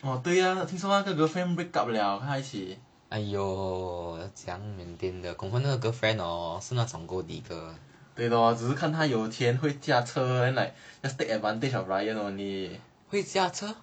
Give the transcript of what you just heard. orh 对呀听说那个 girlfriend break up liao 跟他一起对 lor 只是看他有钱会驾车而已 then like just take advantage of ryan only